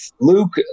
Luke